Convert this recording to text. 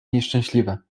nieszczęśliwe